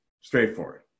Straightforward